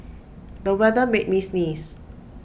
the weather made me sneeze